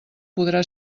podrà